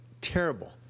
terrible